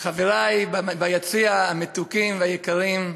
חברי ביציע המתוקים והיקרים,